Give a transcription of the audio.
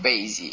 very easy